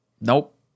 nope